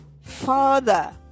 Father